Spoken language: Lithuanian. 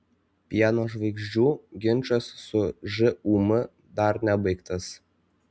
pieno žvaigždžių ginčas su žūm dar nebaigtas